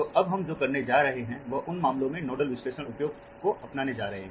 तो अब हम जो करने जा रहे हैं वह उन मामलों में नोडल विश्लेषण उपयोग को अपनाने जा रहे हैं